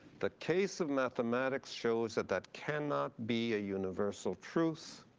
the case of mathematics shows that that cannot be a universal truth.